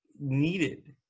needed